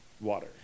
water